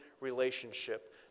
relationship